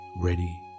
Ready